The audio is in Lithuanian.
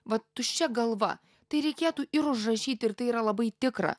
vat tuščia galva tai reikėtų ir užrašyti ir tai yra labai tikra